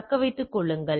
தக்க வைத்துக் கொள்ளுங்கள்